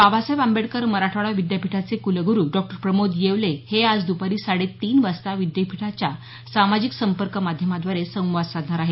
बाबासाहेब आंबेडकर मराठवाडा विद्यापीठाचे कुलगुरू डॉ प्रमोद येवले हे आज दपारी साडेतीन वाजता विद्यापीठाच्या सामाजिक संपर्क माध्यमांद्वारे संवाद साधणार आहेत